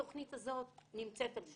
התוכנית הזאת נמצאת על שולחננו,